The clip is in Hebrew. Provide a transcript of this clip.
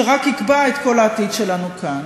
שרק יקבע את כל העתיד שלנו כאן.